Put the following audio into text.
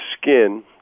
skin